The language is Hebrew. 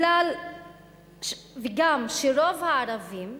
גם רוב הערבים,